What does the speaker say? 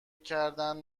کردند